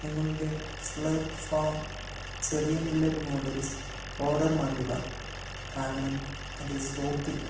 നിങ്ങളുടെ slurp farm ചെറിയ millet noodles order മാറ്റുക കാരണം അത് സ്റ്റോക്കില്ല